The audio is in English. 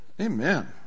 Amen